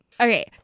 Okay